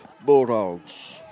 Bulldogs